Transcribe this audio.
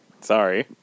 Sorry